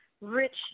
rich